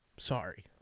Sorry